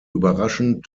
überraschend